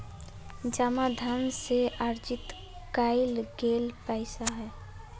जमा धन से अर्जित कइल गेल पैसा हइ